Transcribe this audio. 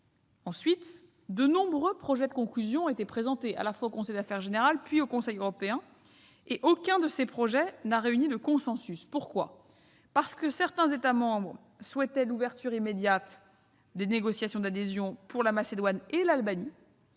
Ensuite, de nombreux projets de conclusion ont été présentés, que ce soit au conseil Affaires générales ou devant le Conseil européen, et aucun de ces projets n'a réuni de consensus. Pourquoi ? Parce que certains États membres souhaitaient l'ouverture immédiate des négociations d'adhésion pour la Macédoine du Nord et l'Albanie,